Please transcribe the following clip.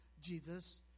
Jesus